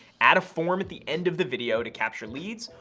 add a form at the end of the video to capture leads,